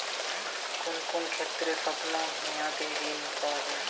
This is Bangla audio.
কোন কোন ক্ষেত্রে স্বল্প মেয়াদি ঋণ পাওয়া যায়?